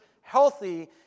healthy